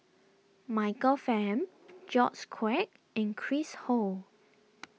Michael Fam George Quek and Chris Ho